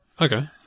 Okay